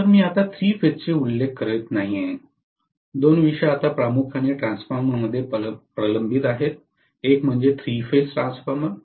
तर मी आता थ्री फेजचे उल्लेख करीत नाही दोन विषय आता प्रामुख्याने ट्रान्सफॉर्मर्समध्ये प्रलंबित आहेत एक म्हणजे थ्री फेज ट्रान्सफॉर्मर